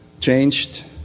changed